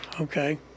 okay